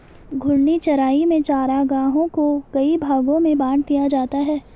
घूर्णी चराई में चरागाहों को कई भागो में बाँट दिया जाता है